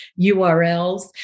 URLs